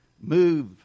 move